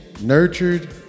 nurtured